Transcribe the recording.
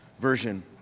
Version